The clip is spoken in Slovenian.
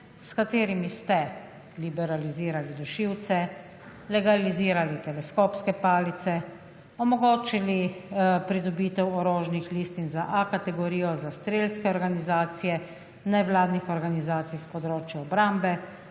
s katerimi ste liberalizirali dušilce, legalizirali teleskopske palice, omogočili pridobitev orožnih listin za A kategorijo za strelske organizacije, nevladne organizacije s področja obrambe,